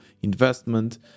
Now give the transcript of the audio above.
investment